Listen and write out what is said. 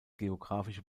geographische